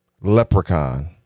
Leprechaun